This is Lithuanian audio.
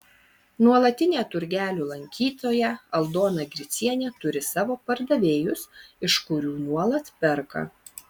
nuolatinė turgelių lankytoja aldona gricienė turi savo pardavėjus iš kurių nuolat perka